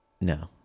No